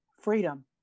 freedom